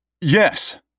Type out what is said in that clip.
Yes